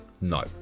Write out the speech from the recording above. No